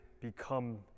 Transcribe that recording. become